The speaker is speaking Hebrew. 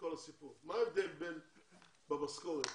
מה ההבדל במשכורת?